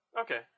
Okay